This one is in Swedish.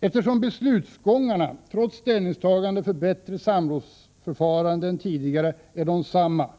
Eftersom beslutsgångarna trots ställningstagande för bättre samrådsförfarande än tidigare är desamma